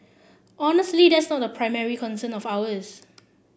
honestly that's not a primary concern of ours